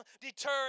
deter